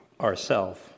ourself